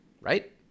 Right